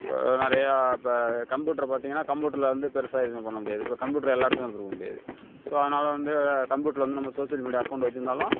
so நிறைய இப்போ computer பார்த்திங்ன்னா கம்ப்யூட்டரில் வந்து பெரிசா எதுவுமே பண்ணமுடியாது இப்போ கம்ப்யூட்டர் எல்லா இடத்துக்கும் எடுத்துகிட்டு போகமுடியாது அதனால வந்து கம்ப்யூட்டரில் வந்து நம்ப சோசியல் மீடியா அக்கவுண்ட் வச்சுருந்தாலும்